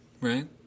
right